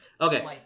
okay